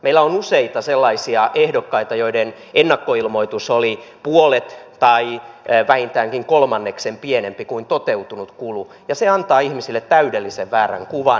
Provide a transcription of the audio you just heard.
meillä on useita sellaisia ehdokkaita joiden ennakkoilmoitus oli puolet tai vähintäänkin kolmanneksen pienempi kuin toteutunut kulu ja se antaa ihmisille täydellisen väärän kuvan